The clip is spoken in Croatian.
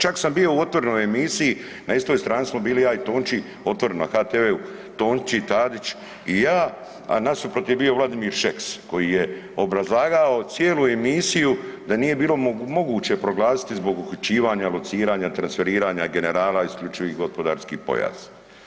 Čak sam bio u otvorenoj emisiji, na istoj strani smo bili ja i Tonči “Otvoreno“, Tonči Tadić i ja, a nasuprot je bio Vladimir Šeks koji je obrazlagao cijelu emisiju da nije bilo moguće proglasiti zbog uhićivanja, lociranja, transferiranja generala isključivi gospodarski pojas.